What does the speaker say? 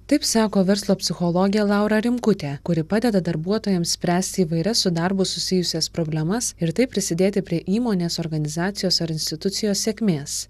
taip sako verslo psichologė laura rimkutė kuri padeda darbuotojams spręsti įvairias su darbu susijusias problemas ir taip prisidėti prie įmonės organizacijos ar institucijos sėkmės